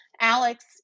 Alex